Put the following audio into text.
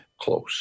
Close